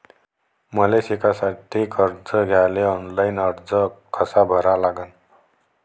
मले शिकासाठी कर्ज घ्याले ऑनलाईन अर्ज कसा भरा लागन?